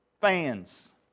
fans